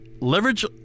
leverage